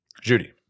Judy